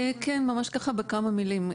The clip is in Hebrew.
כן, ממש בכמה מילים.